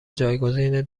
جایگزین